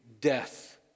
death